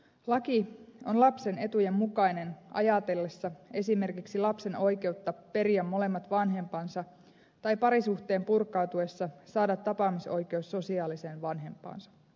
laki on lapsen etujen mukainen ajateltaessa esimerkiksi lapsen oikeutta periä molemmat vanhempansa tai parisuhteen purkautuessa saada tapaamisoikeus sosiaaliseen vanhempaansa